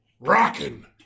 Rockin